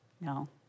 No